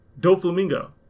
Doflamingo